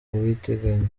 ubutinganyi